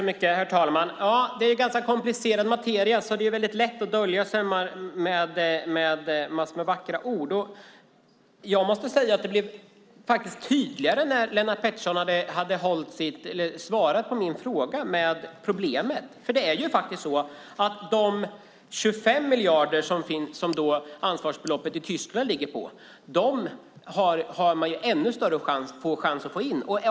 Herr talman! Det är en ganska komplicerad materia, så det är väldigt lätt att dölja sig bakom en massa vackra ord. Jag måste säga att det blev tydligare när Lennart Pettersson hade svarat på min fråga. De 25 miljarder som ansvarsbeloppet i Tyskland ligger på har man större chans att få in.